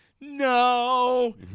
no